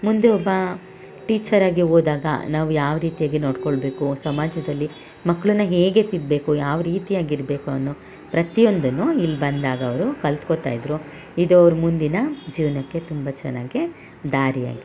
ಮುಂದೆ ಒಬ್ಬ ಟೀಚರಾಗಿ ಹೋದಾಗ ನಾವು ಯಾವ ರೀತಿಯಾಗಿ ನೋಡಿಕೊಳ್ಬೇಕು ಸಮಾಜದಲ್ಲಿ ಮಕ್ಕಳನ್ನ ಹೇಗೆ ತಿದ್ದಬೇಕು ಯಾವ ರೀತಿ ಆಗಿರಬೇಕು ಅನ್ನೋ ಪ್ರತಿಯೊಂದನ್ನೂ ಇಲ್ಲಿ ಬಂದಾಗ ಅವರು ಕಲ್ತುಕೋತಾ ಇದ್ದರು ಇದು ಅವ್ರ ಮುಂದಿನ ಜೀವನಕ್ಕೆ ತುಂಬ ಚೆನ್ನಾಗಿ ದಾರಿ ಆಯಿತು